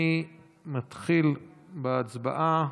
אני מתחיל בהצבעה.